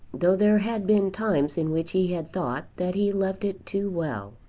though there had been times in which he had thought that he loved it too well.